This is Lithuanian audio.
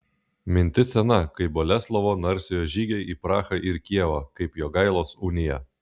mintis sena kaip boleslovo narsiojo žygiai į prahą ir kijevą kaip jogailos unija